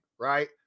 right